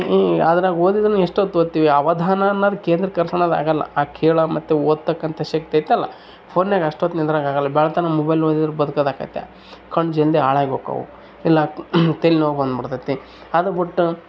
ಅದ್ರಾಗ ಒದಿದ್ರು ಎಷ್ಟೊತ್ತು ಓದ್ತೀವಿ ಅವಧಾನ ಅನ್ನೋದ್ ಕೇಂದ್ರಿಕರ್ಸ್ಕಳೋದ್ ಆಗೋಲ್ಲ ಆ ಕೇಳೋದ್ ಮತ್ತು ಓದ್ತಕ್ಕಂಥ ಶಕ್ತಿ ಇದೆಯಲ್ಲ ಪೋನಾಗೆ ಅಷ್ಟೊತ್ತು ನಿಂದ್ರೋಕ್ ಆಗೋಲ್ಲ ಬೆಳ್ತನಾ ಮೊಬೈಲ್ ಓದಿದ್ರೆ ಬದ್ಕೋದ್ ಆಗತ್ತಾ ಕಣ್ಣು ಜಲ್ದಿ ಹಾಳಾಗ್ ಹೋಕವು ಇಲ್ಲ ತಲೆ ನೋವು ಬಂದು ಬಿಡ್ತಾದೆ ಅದು ಬಿಟ್ಟು